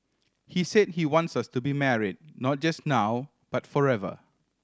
he said he wants us to be married not just now but forever